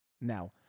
Now